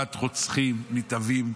חבורת רוצחים נתעבים,